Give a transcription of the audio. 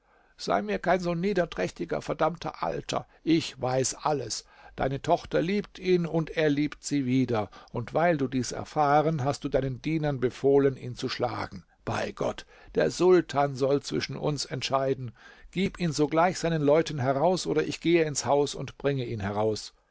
sei mir kein so niederträchtiger verdammter alter ich weiß alles deine tochter liebt ihn und er liebt sie wieder und weil du dies erfahren hast du deinen dienern befohlen ihn zu schlagen bei gott der sultan soll zwischen uns entscheiden gib ihn sogleich seinen leuten heraus oder ich gehe ins haus und bringe ihn heraus